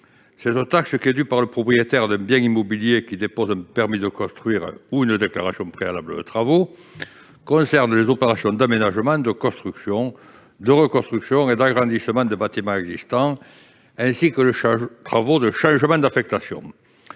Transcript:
Cette taxe, due par le propriétaire d'un bien immobilier qui dépose un permis de construire ou une déclaration préalable de travaux, porte sur les opérations d'aménagement, de construction, de reconstruction et d'agrandissement de bâtiments existants, ainsi que sur les travaux de changement d'affectation.